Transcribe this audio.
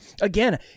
Again